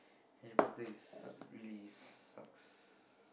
Harry-Potter is really sucks